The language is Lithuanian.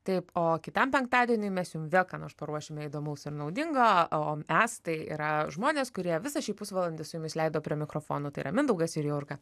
taip o kitam penktadienį mes jums vėl ką nors paruošime įdomaus ir naudingo o mes tai yra žmonės kurie visą šį pusvalandį su jumis leido prie mikrofono tai yra mindaugas ir jurga